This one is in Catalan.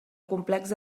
complex